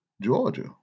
Georgia